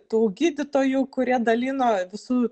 tų gydytojų kurie dalino visų